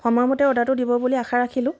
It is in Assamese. সময়মতে অৰ্ডাৰটো দিব বুলি আশা ৰাখিলোঁ